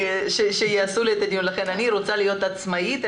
אני רוצה להיות עצמאית.